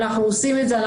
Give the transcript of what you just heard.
אנחנו עושים את זה,